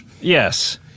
Yes